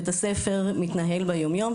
בית הספר מתנהל ביום יום,